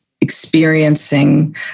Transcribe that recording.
experiencing